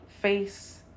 face